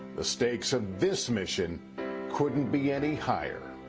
the stakes of this mission couldn't be any higher.